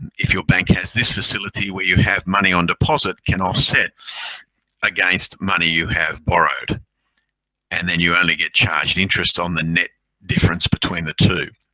your bank has this facility where you have money on deposit can offset against money you have borrowed and then you only get charged interests on the net difference between the two.